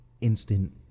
instant